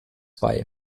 bei